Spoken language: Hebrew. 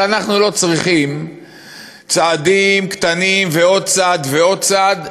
אבל אנחנו לא צריכים צעדים קטנים ועוד צעד ועוד צעד.